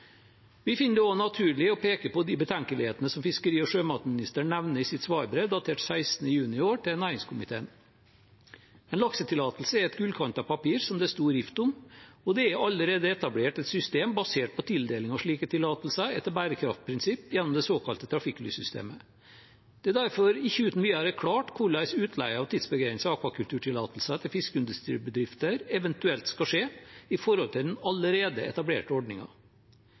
Vi finner det også naturlig å peke på de betenkelighetene som fiskeri- og sjømatministeren nevner i sitt svarbrev til næringskomiteen, datert 16. juni i år. En laksetillatelse er et gullkantet papir som det er stor rift om, og det er allerede etablert et system basert på tildeling av slike tillatelser etter bærekraftprinsipp, gjennom det såkalte trafikklyssystemet. Det er derfor ikke uten videre klart hvordan utleie av tidsbegrenset akvakulturtillatelser til fiskeindustribedrifter eventuelt skal skje i forhold til den allerede etablerte